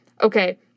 Okay